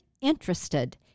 interested